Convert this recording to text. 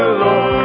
lord